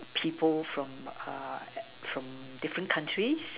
people from uh from different countries